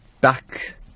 back